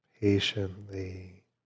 patiently